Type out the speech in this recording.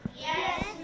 Yes